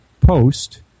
post